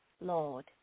Lord